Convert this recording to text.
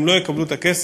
הם לא יקבלו את הכסף,